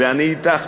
ואני אתך.